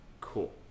cool